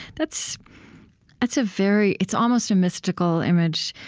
that's that's a very it's almost a mystical image.